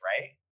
right